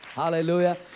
Hallelujah